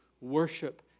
Worship